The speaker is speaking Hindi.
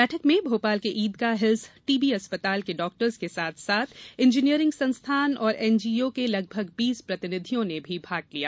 बैठक में भोपाल के ईदगाह हिल्स टीबी अस्पताल के डॉक्टर्स के साथ साथ इंजीनियरिंग संस्थान और एनजीओ के लगभग बीस प्रतिनिधियों ने भाग लिया